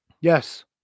Yes